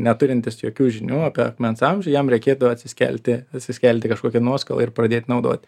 neturintis jokių žinių apie akmens amžių jam reikėtų atsiskelti atsiskelti kažkokią nuoskalą ir pradėt naudot